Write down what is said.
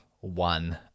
one